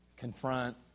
confront